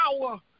power